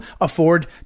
afford